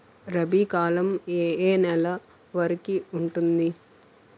రబీ కాలం ఏ ఏ నెల వరికి ఉంటుంది?